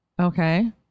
Okay